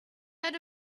heard